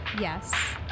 Yes